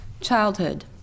Childhood